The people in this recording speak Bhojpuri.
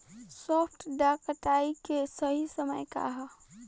सॉफ्ट डॉ कटाई के सही समय का ह?